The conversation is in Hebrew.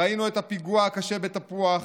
ראינו את הפיגוע הקשה בתפוח,